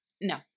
No